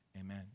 Amen